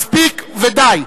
מספיק ודי.